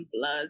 blood